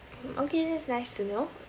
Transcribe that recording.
mm okay that's nice to know